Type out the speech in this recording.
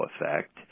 effect